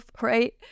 right